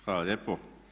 Hvala lijepo.